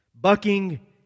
bucking